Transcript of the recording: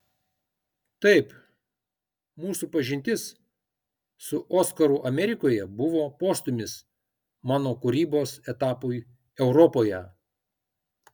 taip mūsų pažintis su oskaru amerikoje buvo postūmis mano kūrybos etapui europoje